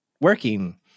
working